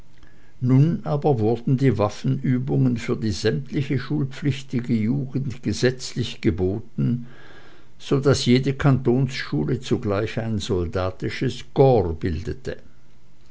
nun aber wurden die waffenübungen für die sämtliche schulpflichtige jugend gesetzlich geboten so daß jede kantonsschule zugleich ein soldatisches korps bildete